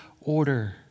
order